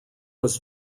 was